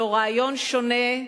לא רעיון שונה,